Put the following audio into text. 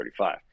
35